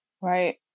Right